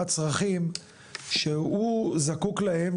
מה הצרכים שהוא זקוק להם,